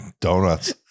donuts